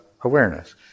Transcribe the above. awareness